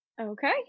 Okay